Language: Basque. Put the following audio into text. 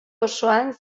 osoan